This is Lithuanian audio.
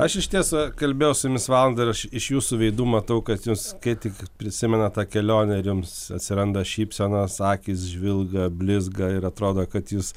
aš išties kalbėjau su jumis valandą ir aš iš jūsų veidų matau kad jūs kai tik prisimenat tą kelionę ir jums atsiranda šypsenos akys žvilga blizga ir atrodo kad jūs